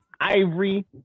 Ivory